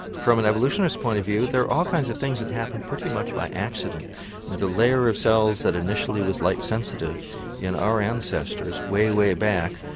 from an evolutionist's point of view there are all kinds of things that happen pretty much by accident, and the layer of cells that was initially was light sensitive in our ancestors way, way back,